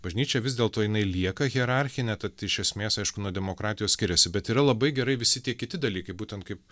bažnyčia vis dėlto jinai lieka hierarchinė tad iš esmės aišku nuo demokratijos skiriasi bet yra labai gerai visi tie kiti dalykai būtent kaip